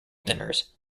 dinners